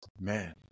Man